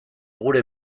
gure